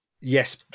Yes